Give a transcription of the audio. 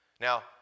Now